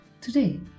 Today